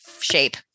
shape